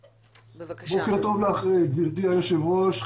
בוקר טוב לך גברתי היושבת ראש.